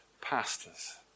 pastors